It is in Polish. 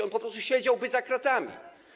On po prostu siedziałby za kratami.